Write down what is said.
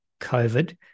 COVID